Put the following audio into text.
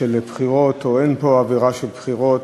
של בחירות או אין פה אווירה של בחירות.